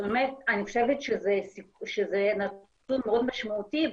אני חושבת שזה נתון מאוד משמעותי.